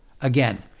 again